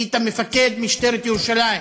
היית מפקד משטרת ירושלים,